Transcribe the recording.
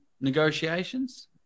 negotiations